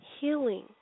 Healing